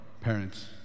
parents